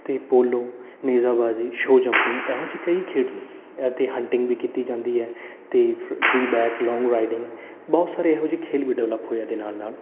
ਅਤੇ ਪੋਲੋ ਨੇਜਾਬਾਜੀ show jumping ਇਹੋ ਜਿਹੇ ਕਈ ਖੇਡ ਨੇ ਇਹ ਅਤੇ ਹੰਟਿੰਗ ਵੀ ਕੀਤੀ ਜਾਂਦੀ ਹੈ ਅਤੇ ਫ ਫਰੀ ਬੈਕ ਲੋਂਗ ਰਾਈਡਿੰਗ ਬਹੁਤ ਸਾਰੇ ਇਹੋ ਜਿਹੇ ਖੇਡ ਵੀ ਡਿਵੈਲਪ ਹੋਏ ਇਹ ਦੇ ਨਾਲ ਨਾਲ